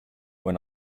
when